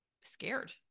scared